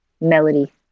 melody